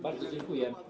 Bardzo dziękuję.